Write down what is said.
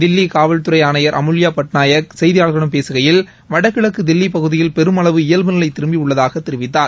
தில்லி காவல்துறை ஆணையா் அமுல்யா பட்நாயக் செய்தியாளா்களிடம் பேசுகையில் வடகிழக்கு தில்லி பகுதியில் பெருமளவு இயல்புநிலை திரும்பியுள்ளதாக தெரிவித்தார்